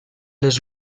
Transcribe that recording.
les